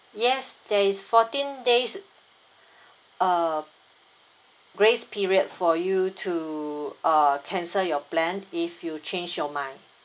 yes there is fourteen days uh grace period for you to uh cancel your plan if you change your mind